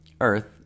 earth